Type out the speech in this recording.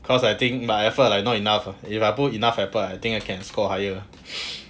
cause I think my effort like not enough ah if I put enough effect I think I can score higher